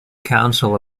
council